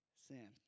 Sin